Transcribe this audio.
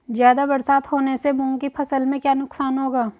ज़्यादा बरसात होने से मूंग की फसल में क्या नुकसान होगा?